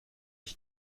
ich